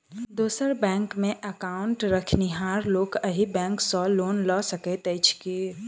दोसर बैंकमे एकाउन्ट रखनिहार लोक अहि बैंक सँ लोन लऽ सकैत अछि की?